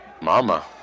mama